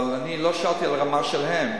אבל אני לא שאלתי על הרמה שלהם.